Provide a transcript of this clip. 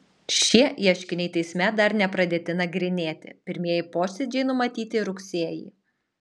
šie ieškiniai teisme dar nepradėti nagrinėti pirmieji posėdžiai numatyti rugsėjį